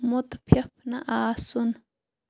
مُتفِف نہٕ آسُن